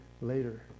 Later